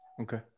okay